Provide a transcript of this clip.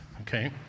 Okay